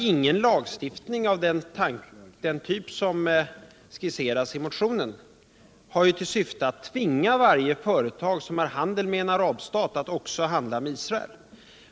Ingen lagstiftning av den typ som skisseras i motionen har ju till syfte att tvinga varje företag som har handel med en arabstat att också handla med Israel.